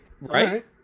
Right